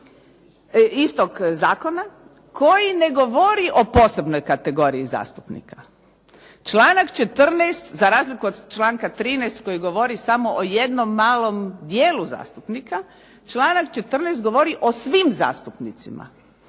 istog zakona koji ne govori o posebnoj kategoriji zastupnika. Članak 14. za razliku od članka 13. koji govori samo o jednom malom dijelu zastupnika, članak 14. govori o svim zastupnicima